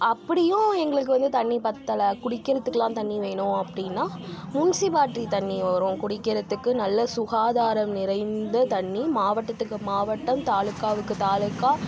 அப்படியும் எங்களுக்கு வந்து தண்ணீர் பற்றல குடிக்கிறதுக்கெலாம் தண்ணீர் வேணும் அப்படினா முன்சிபாலிட்டி தண்ணீர் வரும் குடிக்கிறதுக்கு நல்ல சுகாதாரம் நிறைந்த தண்ணீர் மாவட்டத்துக்கு மாவட்டம் தாலூகாவுக்கு தாலுகா